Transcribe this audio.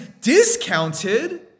discounted